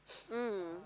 mm